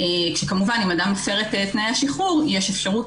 שכמובן אם אדם מפר את תנאי שחרור יש אפשרות